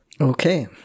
Okay